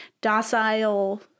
docile